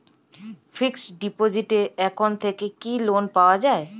Fix ডিপোজিটের এখান থেকে কি লোন পাওয়া যায়?